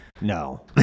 No